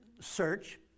search